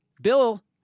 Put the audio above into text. Bill